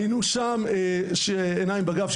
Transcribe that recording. היינו שם כעיניים בגב,